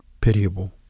pitiable